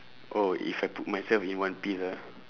oh if I put myself in one piece ah